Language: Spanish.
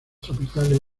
tropicales